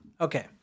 Okay